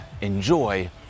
enjoy